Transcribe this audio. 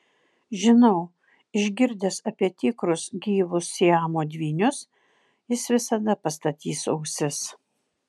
žinau išgirdęs apie tikrus gyvus siamo dvynius jis visada pastatys ausis